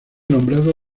nombrado